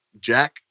jack